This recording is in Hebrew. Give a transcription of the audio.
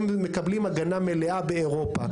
הם מקבלים הגנה מלאה באירופה.